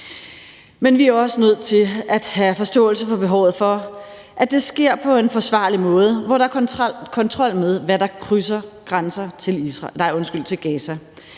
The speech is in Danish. vi er også nødt til at have forståelse for behovet for, at det sker på en forsvarlig måde, hvor der er kontrol med, hvad der krydser grænsen til Gaza.